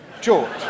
George